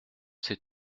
sais